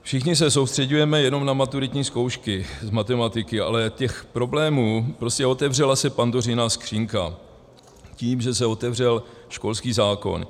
Všichni se soustřeďujeme jenom na maturitní zkoušky z matematiky, ale těch problémů, prostě otevřela se Pandořina skříňka tím, že se otevřel školský zákon.